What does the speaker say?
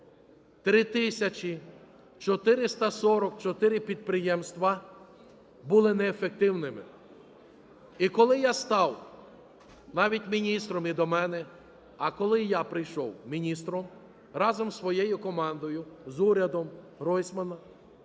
3 тисячі 444 підприємства були неефективними. І коли я став навіть міністром, і до мене, а коли я прийшов міністром, разом із своєю командою, з урядом Гройсмана,